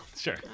sure